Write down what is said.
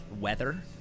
weather